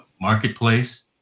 marketplace